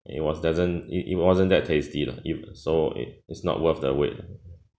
it was doesn't it it wasn't that tasty lah it so it's not worth the wait